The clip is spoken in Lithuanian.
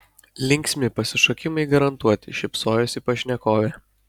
linksmi pasišokimai garantuoti šypsojosi pašnekovė